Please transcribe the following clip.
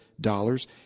dollars